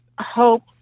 hope